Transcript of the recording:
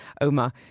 Omar